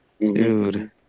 Dude